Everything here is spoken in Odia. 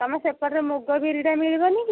ତମ ସେପଟରେ ମୁଗ ବିରିଟା ମିଳିବନି କି